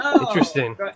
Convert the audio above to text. Interesting